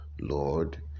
lord